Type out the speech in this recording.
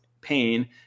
pain